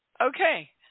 Okay